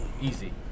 Easy